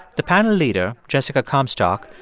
the panel leader, jessica comstock,